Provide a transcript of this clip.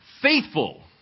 Faithful